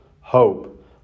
hope